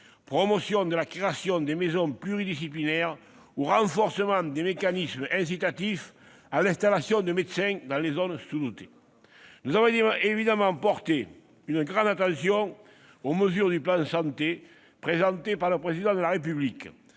promotion de la création des maisons pluridisciplinaires ou le renforcement des mécanismes incitatifs à l'installation de médecins dans des zones sous-dotées. Nous avons évidemment porté une grande attention aux mesures du plan « Ma Santé 2022 », présenté en septembre